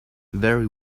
very